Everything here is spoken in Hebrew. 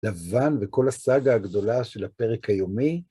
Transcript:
לבן וכל הסאגה הגדולה של הפרק היומי.